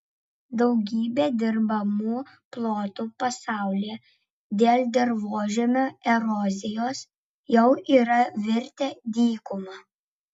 daugybė dirbamų plotų pasaulyje dėl dirvožemio erozijos jau yra virtę dykuma